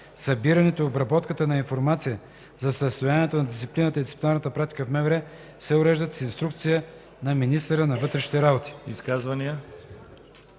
събирането и обработката на информация за състоянието на дисциплината и дисциплинарната практика в МВР се уреждат с инструкция на министъра на вътрешните работи.”